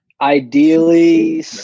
Ideally